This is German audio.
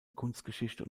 kunstgeschichte